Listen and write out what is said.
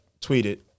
tweeted